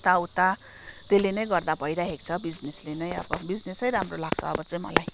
यता उता त्यसले नै गर्दा भइराखेको छ बिजिनेसले नै अब बिजिनेसै राम्रो लाग्छ अब चाहिँ मलाई